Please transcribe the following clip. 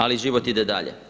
Ali život ide dalje.